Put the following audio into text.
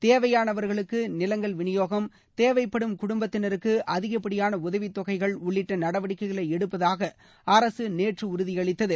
தேவையானவர்களுக்கு நிலங்கள் விநியோகம் தேவைப்படும் குடும்பத்தினருக்கு அதிகப்படியான உதவித் தொகைகள் உள்ளிட்ட நடவடிக்கைகளை எடுப்பதாக அரசு நேற்று உறுதியளித்தது